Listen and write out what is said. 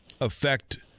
affect